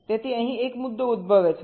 તેથી અહીં એક મુદ્દો ઉદ્ભવે છે